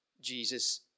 Jesus